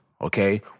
Okay